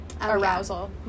arousal